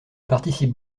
participe